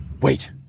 Wait